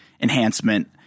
enhancement